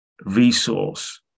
resource